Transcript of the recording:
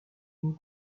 une